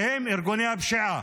שהם ארגוני הפשיעה.